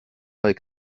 avec